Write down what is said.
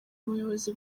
ubuyobozi